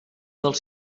dels